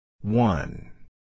One